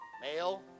male